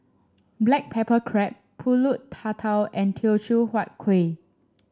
Black Pepper Crab pulut Tatal and Teochew Huat Kuih